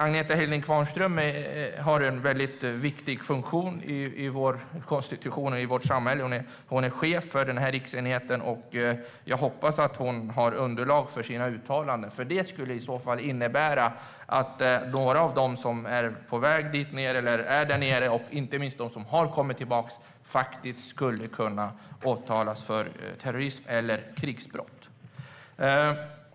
Agnetha Hilding Qvarnström har en väldigt viktig funktion i vår konstitution och i vårt samhälle. Hon är chef för Riksenheten för säkerhetsmål, och jag hoppas att hon har underlag för sina uttalanden. Det skulle i så fall innebära att några av dem som är på väg dit ned eller är där nere, och inte minst de som har kommit tillbaka, faktiskt skulle kunna åtalas för terrorist eller krigsbrott.